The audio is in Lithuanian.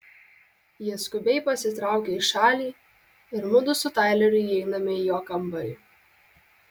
jie skubiai pasitraukia į šalį ir mudu su taileriu įeiname į jo kambarį